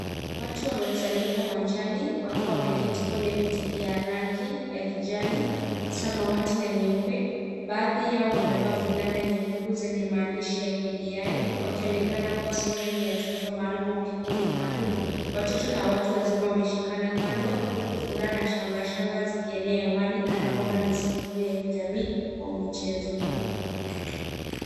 Watu wamekusanyika uwanjani wakiwa wameketi kwenye viti vya rangi ya kijani, samawati na nyeupe. Baadhi yao wamevaa fulana nyekundu zenye maandishi ya KDI, wakionekana kuwa sehemu ya tukio maalum au kikundi maalum, watoto na watu wazima wameshikana kando huku furaha na shamrashamra zikienea hewani kana kwamba ni sikukuu ya kijamii au mchezo.